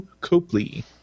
Copley